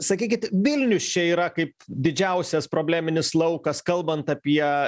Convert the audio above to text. sakykit vilnius čia yra kaip didžiausias probleminis laukas kalbant apie